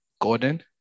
Gordon